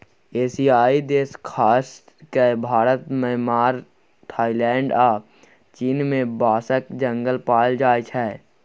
एशियाई देश खास कए भारत, म्यांमार, थाइलैंड आ चीन मे बाँसक जंगल पाएल जाइ छै